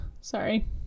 sorry